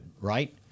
right